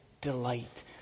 delight